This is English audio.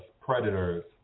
predators